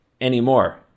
anymore